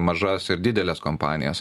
mažas ir dideles kompanijas